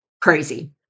crazy